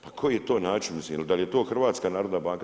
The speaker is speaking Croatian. Ma koji je to način, mislim da li je to HNB?